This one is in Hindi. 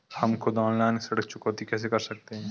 हम खुद ऑनलाइन ऋण चुकौती कैसे कर सकते हैं?